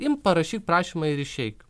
imk parašyk prašymą ir išeik